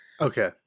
Okay